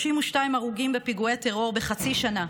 32 הרוגים בפיגועי טרור בחצי שנה.